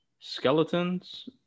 skeletons